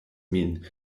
min